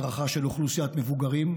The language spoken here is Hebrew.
הדרכה של אוכלוסיית מבוגרים,